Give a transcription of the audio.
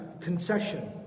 concession